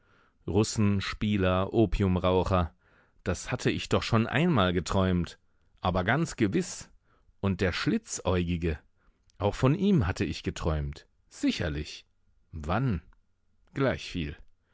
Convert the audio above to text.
russen spieler opiumraucher das hatte ich doch schon einmal geträumt aber ganz gewiß und der schlitzäugige auch von ihm hatte ich geträumt sicherlich wann